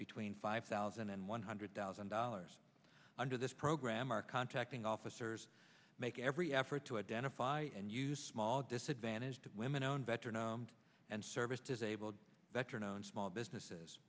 between five thousand and one hundred thousand dollars under this program are contacting officers make every effort to identify and use small disadvantaged women own veteran and services able veteran own small businesses